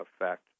effect